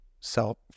sell